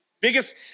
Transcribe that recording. Biggest